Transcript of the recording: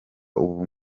ubu